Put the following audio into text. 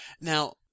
Now